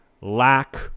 lack